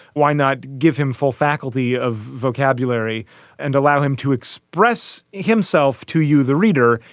why not give him full faculty of vocabulary and allow him to express himself to you, the reader,